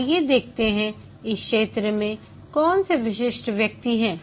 आइए देखते हैं कि इस क्षेत्र में कौन से विशिष्ट व्यक्ति हैं